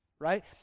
right